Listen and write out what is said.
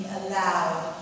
allowed